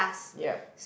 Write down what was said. yep